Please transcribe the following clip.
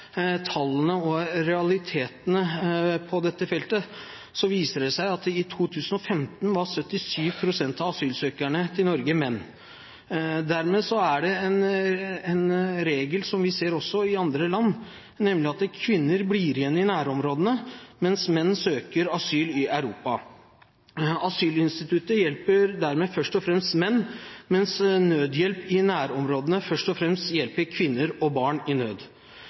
tallene og realitetene på dette feltet, viser det seg at i 2015 var 77 pst. av asylsøkerne til Norge menn. Dette er en regel som vi også ser i andre land, nemlig at kvinner blir igjen i nærområdene, mens menn søker asyl i Europa. Asylinstituttet hjelper dermed først og fremst menn, mens nødhjelp i nærområdene først og fremst hjelper kvinner og barn i nød.